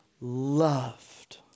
loved